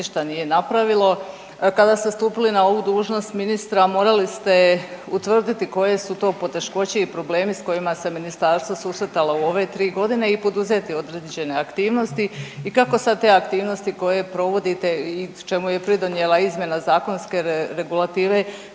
ništa nije napravilo. Kada ste stupili na ovu dužnost ministra morali ste utvrditi koje su to poteškoće i problemi s kojima se ministarstvo susretalo u ove 3 godine i poduzeti određene aktivnosti i kako sad te aktivnosti koje provodite i čemu je pridonijela izmjena zakonske regulative